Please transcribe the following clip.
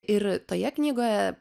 ir toje knygoje